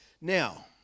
Now